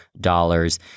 dollars